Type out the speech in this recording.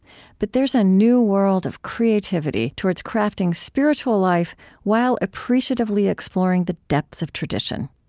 but there's a new world of creativity towards crafting spiritual life while appreciatively exploring the depths of tradition.